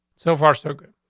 so far, so good.